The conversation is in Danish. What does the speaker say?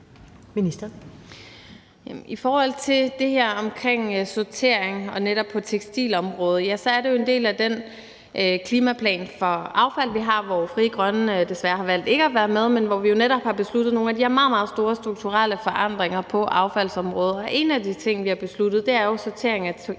angår det her med sortering på tekstilområdet, er det jo en del af den klimaplan for affald, vi har, som Frie Grønne desværre har valgt ikke at være med i, men hvor vi jo netop truffet beslutninger om nogle af de her meget, meget store strukturelle forandringer på affaldsområdet. En af de beslutninger, vi har, drejer sig jo sorteringen af